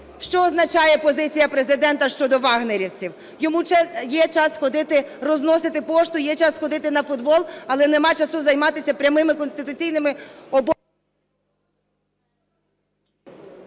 Що означає позиція Президента щодо "вагнерівців"? Йому є час ходити, розносити пошту, є час ходити на футбол, але нема часу займатися прямими конституційними обов'язками…